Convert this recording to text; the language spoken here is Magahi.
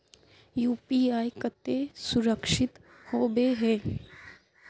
यु.पी.आई केते सुरक्षित होबे है?